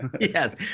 Yes